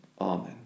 Amen